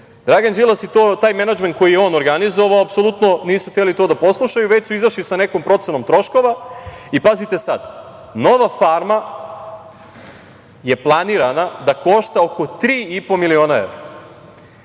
Dragan Đilas i taj menadžment koji je on organizovao apsolutno nisu hteli to da poslušaju, već su izašli sa nekom procenom troškova. Pazite sada, nova farma je planirana da košta oko tri i po miliona evra.